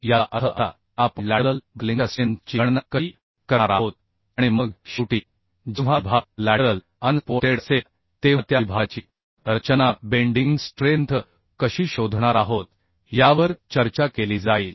याचा अर्थ असा की आपण लॅटरल बक्लिंगच्या स्ट्रेंथ ची गणना कशी करणार आहोत आणि मग शेवटी जेव्हा विभाग लॅटरल अनसपोर्टेड असेल तेव्हा त्या विभागाची रचना बेंडिंग स्ट्रेंथ कशी शोधणार आहोत यावर चर्चा केली जाईल